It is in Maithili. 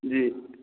जी